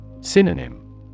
Synonym